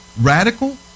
Radical